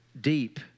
deep